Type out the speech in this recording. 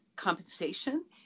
Compensation